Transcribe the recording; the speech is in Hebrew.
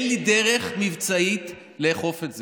אין לי דרך מבצעית לאכוף את זה.